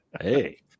Hey